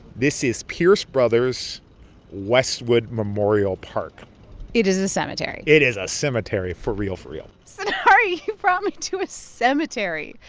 this is pierce brothers westwood memorial park it is a cemetery it is a cemetery for real, for real sonari, you brought me to a cemetery.